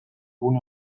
gune